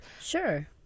Sure